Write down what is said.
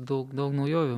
daug daug naujovių